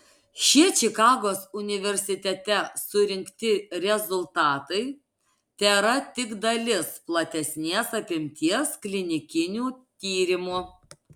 šie čikagos universitete surinkti rezultatai tėra tik dalis platesnės apimties klinikinių tyrimų